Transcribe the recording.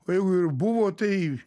o jeigu ir buvo tai